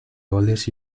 olés